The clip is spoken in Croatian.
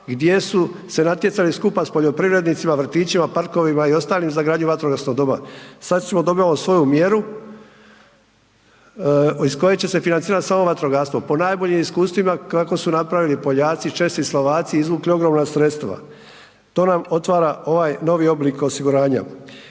gdje su se natjecali skupa s poljoprivrednicima, vrtićima, parkovima za gradnju vatrogasnog doma, sada smo dobili svoju mjeru iz koje će se financirati samo vatrogastvo po najboljim iskustvima kako su napravili Poljaci, Česi, Slovaci izvukli ogromna sredstva. To nam otvara ovaj novi oblik osiguranja.